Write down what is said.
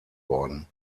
worden